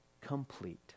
complete